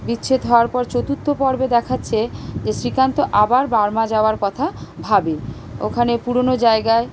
বিচ্ছেদ হওয়ার পর চতুর্থ পর্বে দেখাচ্ছে যে শ্রীকান্ত আবার বার্মা যাওয়ার কথা ভাবে ওখানে পুরোনো জায়গায়